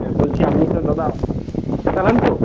হ্যাঁ বলছি আপনি তো দাদা চালান তো